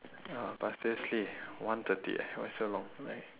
ya but seriously one thirty eh why so long like